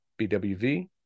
BWV